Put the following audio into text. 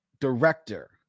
director